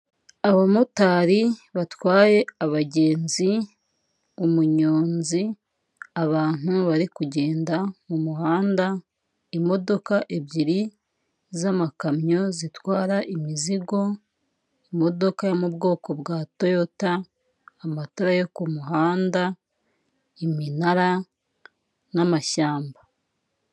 Ni ikarita y'abacuruzi baroko ahantu bacuruza ibiryo n'ibinyobwa biri, haba hariho ibiryo n'igiciro cyabyo amafaranga bigura ndetse n'uburyo ugomba kumenya ibyo uhitamo kugira ngo babikuzanire, mu buryo bwo kunoza imikorere yabo.